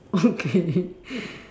okay